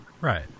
Right